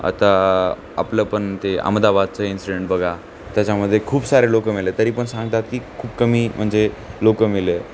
आता आपलंपण ते अहमदाबादचं इन्सिडेंट बघा त्याच्यामध्ये खूप सारे लोकं मेले तरीपण सांगतात की खूप कमी म्हणजे लोकं मेले